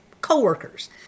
coworkers